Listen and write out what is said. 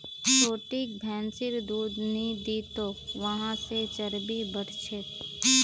छोटिक भैंसिर दूध नी दी तोक वहा से चर्बी बढ़ छेक